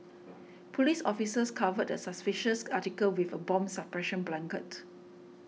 police officers covered a suspicious article with a bomb suppression blanket